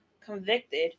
convicted